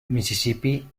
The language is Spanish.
misisipi